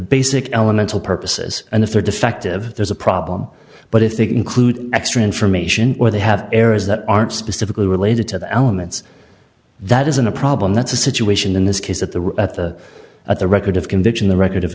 basic elemental purposes and if they're defective there's a problem but if it includes extra information or they have errors that aren't specifically related to the elements that isn't a problem that's a situation in this case at the at the at the record of conviction the record of